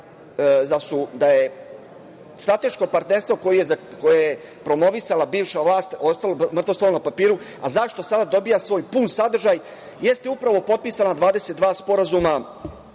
da je strateško partnerstvo koje je promovisala bivša vlast ostalo mrtvo slovo na papiru, a zašto sada dobija svoj pun sadržaj jesu upravo potpisana 22 sporazuma